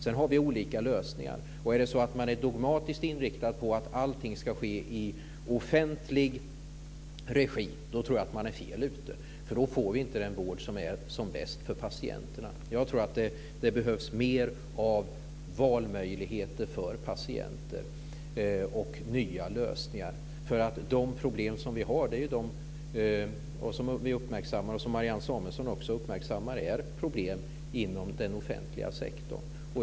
Sedan har vi olika lösningar. Är det så att man är dogmatiskt inriktad på att allt ska ske i offentlig regi, tror jag att man är fel ute. Då kan vi inte få den vård som är bäst för patienterna. Det behövs mer av valmöjligheter och nya lösningar. De problem som vi har, som vi och också Marianne Samuelsson uppmärksammar finns inom den offentliga sektorn.